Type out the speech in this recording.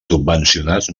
subvencionats